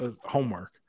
homework